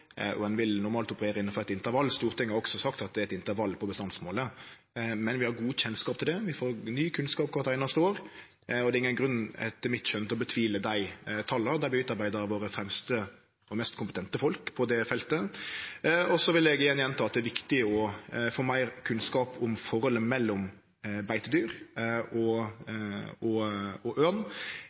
og ein vil normalt operere innanfor eit intervall. Stortinget har også sagt at det er eit intervall på bestandsmålet. Men vi har god kjennskap til det, og vi får ny kunnskap kvart einaste år. Det er ingen grunn etter mitt skjønn til å tvile på dei tala. Dei vert utarbeidde av våre fremste og mest kompetente folk på det feltet. Så vil eg igjen gjenta at det er viktig å få meir kunnskap om forholdet mellom beitedyr og ørn. Og